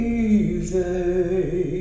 easy